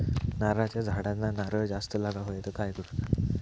नारळाच्या झाडांना नारळ जास्त लागा व्हाये तर काय करूचा?